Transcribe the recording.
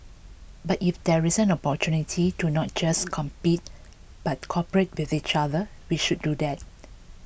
but if there is an opportunity to not just compete but cooperate with each other we should do that